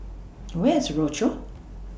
Where IS Rochor